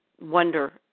wonder